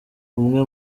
umwe